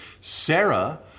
Sarah